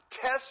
Test